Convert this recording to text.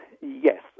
Yes